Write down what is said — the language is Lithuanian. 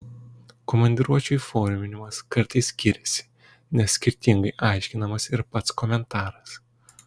komandiruočių įforminimas kartais skiriasi nes skirtingai aiškinamas ir pats komentaras